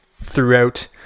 throughout